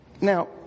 Now